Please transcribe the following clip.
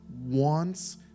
wants